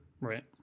Right